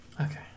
Okay